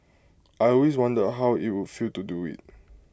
I always wondered how IT would feel to do IT